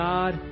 God